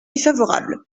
favorable